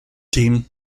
team